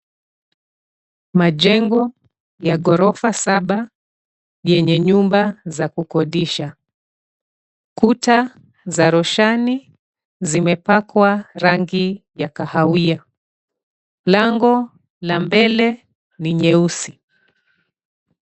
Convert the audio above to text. Majengo ya ghorofa saba yenye nyumba za kukodisha. Kuta za roshani zimepakwa rangi ya kahawia. Lango la mbele ni nyeusi.